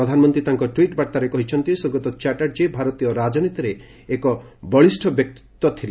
ପ୍ରଧାନମନ୍ତ୍ରୀ ତାଙ୍କ ଟ୍ୱିଟ୍ ବାର୍ତ୍ତାରେ କହିଛନ୍ତି ସ୍ୱର୍ଗତ ଚାଟ୍ଟାର୍ଜୀ ଭାରତୀୟ ରାଜନୀତିରେ ଏକ ବଳିଷ୍ଠ ବ୍ୟକ୍ତିତ୍ୱ ଥିଲେ